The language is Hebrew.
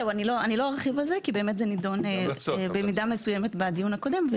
אני לא ארחיב על זה כי זה נידון במידה מסוימת בדיון הקודם,